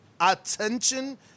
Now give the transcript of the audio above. attention